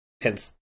hence